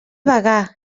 bagà